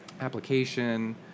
Application